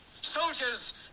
Soldiers